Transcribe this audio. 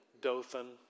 Dothan